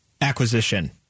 acquisition